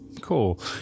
Cool